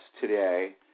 today